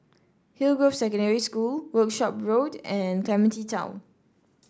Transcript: Hillgrove Secondary School Workshop Road and Clementi Town